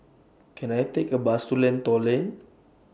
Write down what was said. Can I Take A Bus to Lentor Lane